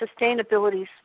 sustainability